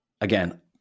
again